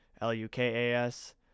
L-U-K-A-S